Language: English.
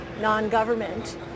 non-government